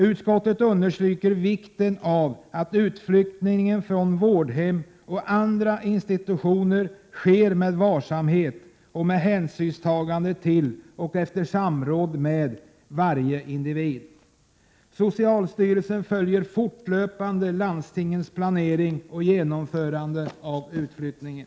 Utskottet understryker vikten av att utflyttningen från vårdhem och andra institutioner sker med varsamhet och med hänsynstagande till och efter samråd med varje individ. Socialstyrelsen följer fortlöpande landstingens planering och genomförande av utflyttningen.